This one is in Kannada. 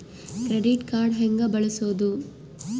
ಕ್ರೆಡಿಟ್ ಕಾರ್ಡ್ ಹೆಂಗ ಬಳಸೋದು?